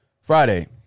Friday